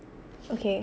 okay